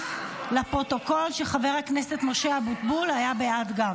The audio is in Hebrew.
להוסיף לפרוטוקול שחבר הכנסת משה אבוטבול גם היה בעד.